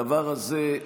הדבר הזה,